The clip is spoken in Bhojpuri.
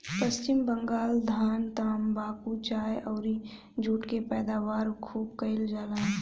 पश्चिम बंगाल धान, तम्बाकू, चाय अउरी जुट के पैदावार खूब कईल जाला